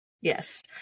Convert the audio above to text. yes